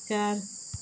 चार